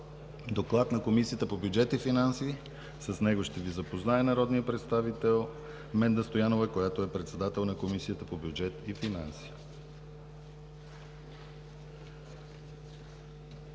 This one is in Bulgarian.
доклад на Комисията по бюджет и финанси. С него ще ни запознае народният представител, председател на Комисията по бюджет и финанси.